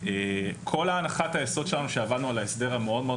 כל הנחת היסוד שלנו שעבדנו על ההסדר המאוד מאוד